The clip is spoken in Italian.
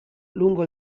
lungo